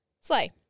Slay